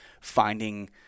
finding